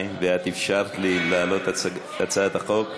14:00 ואת אפשרת לי להעלות את הצעת החוק,